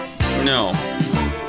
No